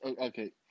Okay